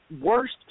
worst